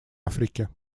африки